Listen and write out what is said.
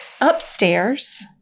Upstairs